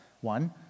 one